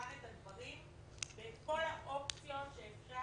בחן את הדברים ואת כל האופציות שאפשר